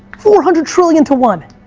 four hundred trillion to one!